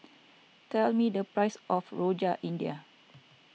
tell me the price of Rojak India